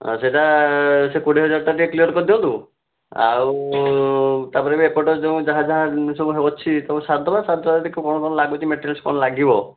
ସେଇଟା ସେ କୋଡ଼ିଏ ହଜାରଟା ଟିକିଏ କ୍ଲିୟର କରିଦିଅନ୍ତୁ ଆଉ ତାପରେ ବି ଏପଟେ ଯେଉଁ ଯାହା ଯାହା ସବୁ ଅଛି ସବୁ ସାରିଦେବା ସାରିଦେଲା ପରେ କ'ଣ କ'ଣ ଲାଗୁଛି ମାଟେରିଆଲ୍ସ କ'ଣ ଲାଗିବ